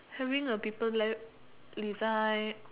hiring the people there design